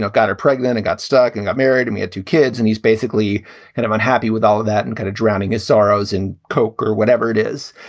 got her pregnant and got stuck and got married to me, had two kids. and he's basically and i'm unhappy with all of that and kind of drowning his sorrows in coke or whatever it is.